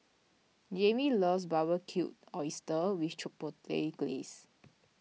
Jayme loves Barbecue Oyster with Chipotle Glaze